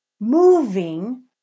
Moving